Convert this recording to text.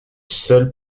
seul